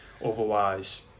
otherwise